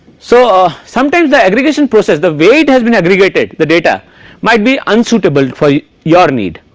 so sometimes the aggregation process the way has been aggregated the data might be unsuitable for your need